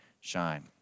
shine